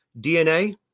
DNA